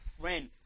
friend